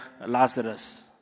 Lazarus